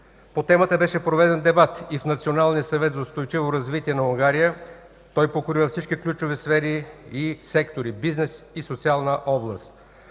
По темата беше проведен дебат и в Националния съвет за устойчиво развитие на Унгария. Той покрива всички ключови сфери и сектори – бизнес и социална област.